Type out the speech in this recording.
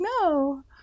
no